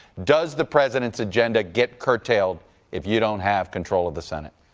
does the president's agenda get curtailed if you don't have control of the senate?